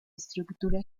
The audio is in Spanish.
estructura